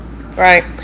right